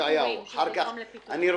לא